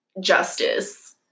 justice